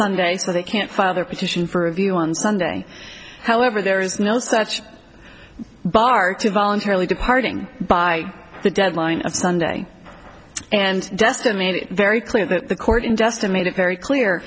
sunday so they can't father petition for review on sunday however there is no such bar to voluntarily departing by the deadline of sunday and justin made it very clear that the court in jest and made it very clear